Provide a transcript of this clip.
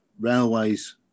railways